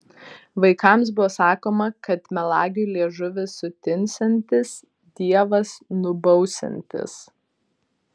vaikams buvo sakoma kad melagiui liežuvis sutinsiantis dievas nubausiantis